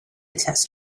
test